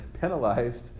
penalized